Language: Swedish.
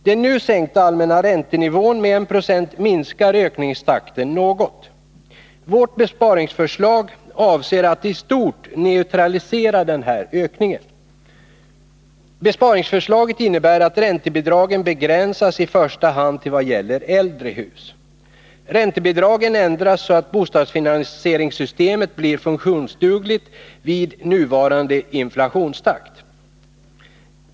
Den nu sänkta allmänna räntenivån med 1 96 minskar ökningstakten något. Vårt besparingsförslag avser att i stort neutralisera denna ökning. Besparingsförslaget innebär att räntebidragen begränsas i första hand vad gäller äldre hus. Räntebidragen ändras, så att bostadsfinansieringssystemet blir funktionsdugligt vid nuvarande inflationstakt.